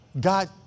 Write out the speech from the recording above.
God